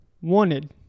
wanted